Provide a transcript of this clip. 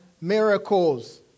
miracles